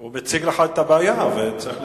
הוא מציג לך את הבעיה, וצריך למצוא דרך לפתרון.